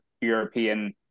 European